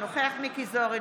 אינו נוכח מכלוף מיקי זוהר,